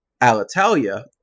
Alitalia